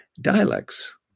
dialects